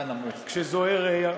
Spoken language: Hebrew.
כשזוהיר,